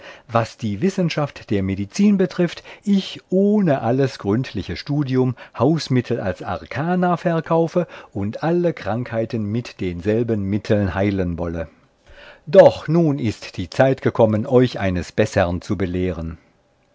was die wissenschaft der medizin betrifft ich ohne alles gründliche studium hausmittel als arkana verkaufe und alle krankheiten mit denselben mitteln heilen wolle doch nun ist die zeit gekommen euch eines bessern zu belehren